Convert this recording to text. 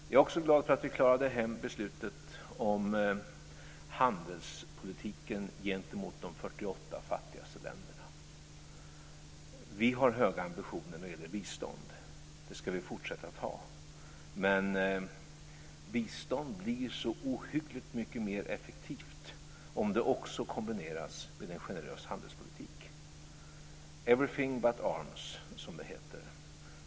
Jag är också glad för att vi klarade hem beslutet om handelspolitiken gentemot de 48 fattigaste länderna. Vi har höga ambitioner när det gäller bistånd. Det ska vi fortsätta att ha. Men bistånd blir så ohyggligt mycket mer effektivt om det också kombineras med en generös handelspolitik. Everything but arms, som det heter.